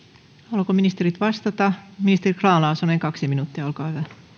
haluavatko ministerit vastata ministeri grahn laasonen kaksi minuuttia olkaa